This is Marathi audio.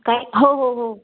काय हो हो हो